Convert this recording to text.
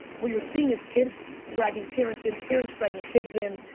what you're seeing is kids dragging parents in, parents dragging kids in.